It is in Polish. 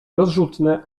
rozrzutne